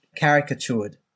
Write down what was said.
caricatured